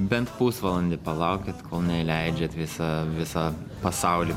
bent pusvalandį palaukit kol neįleidžiat visą visą pasaulį